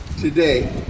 today